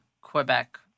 Quebec